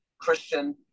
Christian